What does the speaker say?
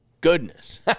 goodness